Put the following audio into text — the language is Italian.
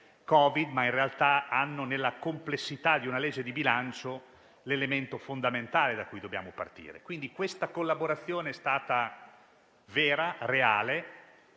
che in realtà hanno nella complessità di una legge di bilancio l'elemento fondamentale da cui dobbiamo partire. Questa collaborazione, quindi, è stata vera e reale